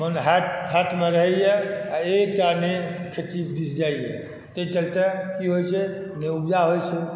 मोन हठि हठ मे रहैया आ एकटा नहि खेती दिस जाइया ताहि चलते की होइ छै नहि उपजा होइ छै